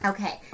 Okay